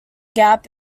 gap